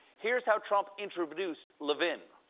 here's how trump introduced levin.